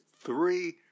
three